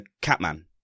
Catman